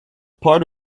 part